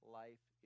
life